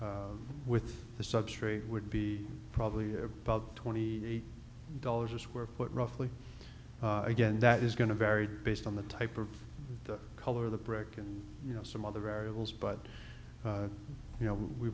brick with the substrate would be probably above twenty eight dollars a square foot roughly again that is going to vary based on the type of the color of the brick and you know some other variables but you know we